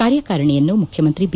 ಕಾರ್ಯಕಾರಣೆಯನ್ನು ಮುಖ್ಯಮಂತ್ರಿ ಬಿ